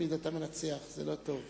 תמיד אתה מנצח, זה לא טוב.